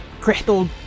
Crystal